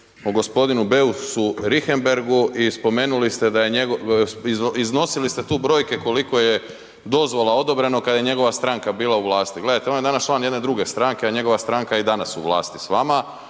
i spomenuli ste da je njegov, iznosili ste tu brojke koliko je dozvola odobreno kada je njegova stranka bila u vlasti. Gledajte, on je danas član jedne druge stranke, a njegova stranka je i danas u vlasti s vama